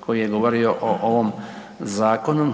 koji je govorio o ovom zakonu